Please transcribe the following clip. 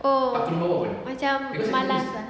oh macam malas eh